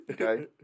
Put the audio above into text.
okay